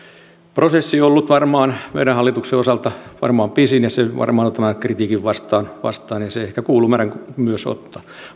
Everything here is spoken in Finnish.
prosessi on ollut meidän hallituksemme osalta varmaan pisin ja se varmaan ottaa tämän kritiikin vastaan vastaan ja se ehkä myös kuuluu meidän ottaa